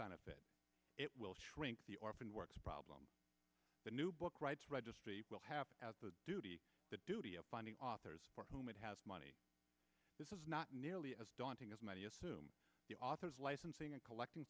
benefit it will shrink the orphan works problem the new book rights registry will have as a duty the duty of finding authors for whom it has money this is not nearly as daunting as many assume the author's licensing and collecting